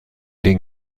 den